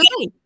okay